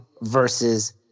versus